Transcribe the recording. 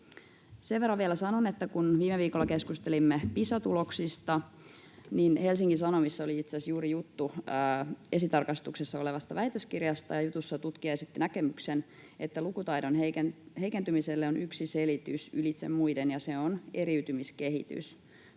Sen verran vielä sanon, että kun viime viikolla keskustelimme Pisa-tuloksista, niin Helsingin Sanomissa oli itse asiassa juuri juttu esitarkastuksessa olevasta väitöskirjasta ja jutussa tutkija esitti näkemyksen, että lukutaidon heikentymiselle on yksi selitys ylitse muiden ja se on eriytymiskehitys.